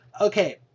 Okay